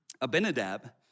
Abinadab